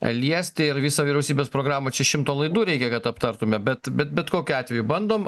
liesti ir visą vyriausybės programą čia šimto laidų reikia kad aptartume bet bet bet kokiu atveju bandom